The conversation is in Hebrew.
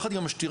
יחד עם המשטרה,